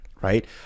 right